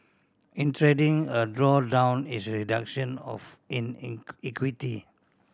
in trading a drawdown is a reduction of in in equity